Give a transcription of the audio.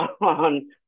on